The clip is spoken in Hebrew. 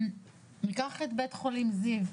ניקח את בית חולים זיו,